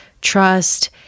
trust